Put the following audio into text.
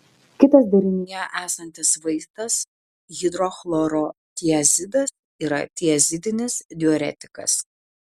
kitas derinyje esantis vaistas hidrochlorotiazidas yra tiazidinis diuretikas